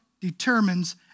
determines